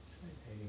skydiving